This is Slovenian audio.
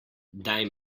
daj